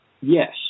Yes